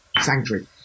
Sanctuary